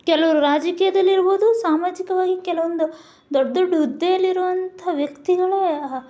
ಕೆಲವರು ರಾಜಕೀಯದಲ್ಲಿರ್ಬೋದು ಸಾಮಾಜಿಕವಾಗಿ ಕೆಲವೊಂದು ದೊಡ್ಡ ದೊಡ್ಡ ಹುದ್ದೆಯಲ್ಲಿರುವಂಥ ವ್ಯಕ್ತಿಗಳು